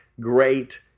great